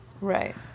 Right